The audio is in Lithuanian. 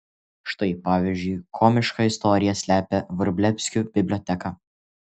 štai pavyzdžiui komišką istoriją slepia vrublevskių biblioteka